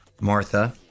Martha